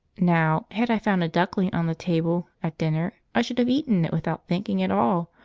now, had i found a duckling on the table at dinner i should have eaten it without thinking at all,